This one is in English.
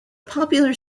popular